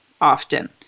often